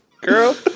Girl